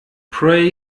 pray